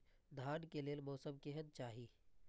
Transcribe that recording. धान के लेल मौसम केहन चाहि?